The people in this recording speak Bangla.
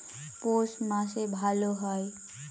পৌষ মাসে ভালো হয়?